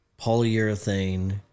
Polyurethane